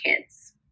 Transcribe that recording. kids